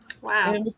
Wow